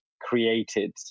created